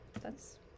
That's-